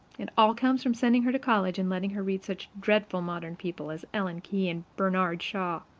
it all comes from sending her to college and letting her read such dreadful modern people as ellen key and bernard shaw.